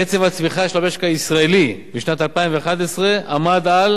קצב הצמיחה של המשק הישראלי בשנת 2011 עמד על